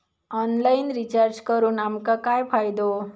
Online recharge करून आमका काय फायदो?